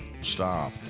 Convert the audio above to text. Stop